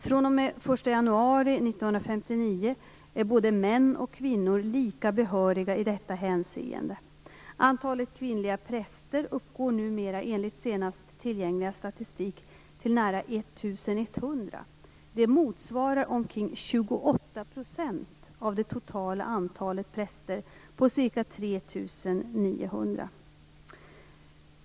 fr.o.m. den 1 januari 1959 är både män och kvinnor lika behöriga i detta hänseende. Antalet kvinnliga präster uppgår numera enligt senast tillgängliga statistik till nära 1 100. Det motsvarar omkring 28 % av det totala antalet präster på ca 3 900 .